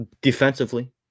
Defensively